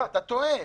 הייתה הסכמה על זה.